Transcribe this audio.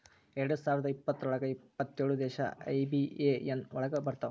ಎರಡ್ ಸಾವಿರದ ಇಪ್ಪತ್ರೊಳಗ ಎಪ್ಪತ್ತೇಳು ದೇಶ ಐ.ಬಿ.ಎ.ಎನ್ ಒಳಗ ಬರತಾವ